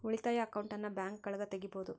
ಉಳಿತಾಯ ಅಕೌಂಟನ್ನ ಬ್ಯಾಂಕ್ಗಳಗ ತೆಗಿಬೊದು